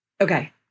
Okay